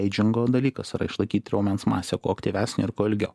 eidžingo dalykas yra išlaikyt raumens masę kuo aktyvesnę ir kuo ilgiau